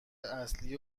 اصلی